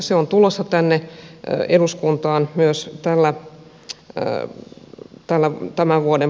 se on tulossa tänne eduskuntaan myös tämän vuoden puolella